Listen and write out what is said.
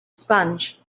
sponge